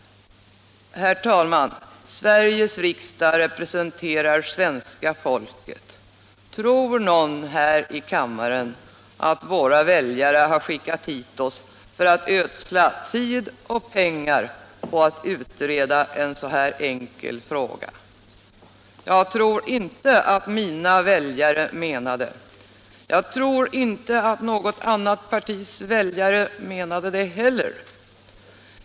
Herr talman! Sveriges riksdag representerar svenska folket. Tror någon här i kammaren att våra väljare har skickat hit oss för att ödsla tid och pengar på att utreda en så enkel fråga? Jag tror inte att mina väljare menar det. Jag tror inte att något annat partis väljare menar det heller.